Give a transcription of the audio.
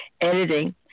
editing